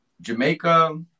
Jamaica